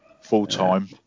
Full-time